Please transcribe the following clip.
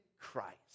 Christ